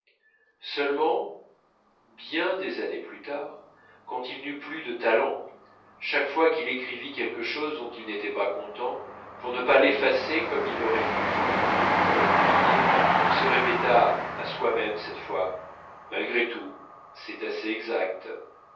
seulement bien des années plus tard quand il n'eut plus de talent chaque fois qu'il écrivit quelque chose dont il n'était pas content pour ne pas l'effacer comme il aurait dû pour le publier il se répéta à soi-même cette fois malgré tout c'est assez exact